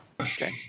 Okay